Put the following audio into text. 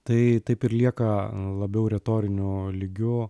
tai taip ir lieka labiau retoriniu lygiu